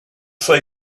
say